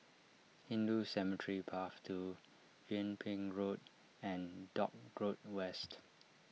Hindu Cemetery Path two Yung Ping Road and Dock Road West